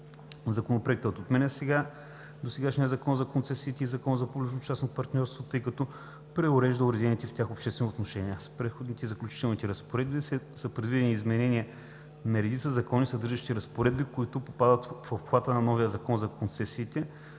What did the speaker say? Законопроектът отменя досегашния Закон за концесиите и Закона за публично-частното партньорство, тъй като преурежда уредените с тях обществени отношения. С Преходните и заключителни разпоредби са предвидени изменения на редица закони, съдържащи разпоредби, които попадат в обхвата на новия Закон за концесиите,